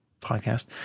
podcast